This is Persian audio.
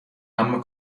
اما